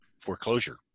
foreclosure